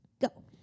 Go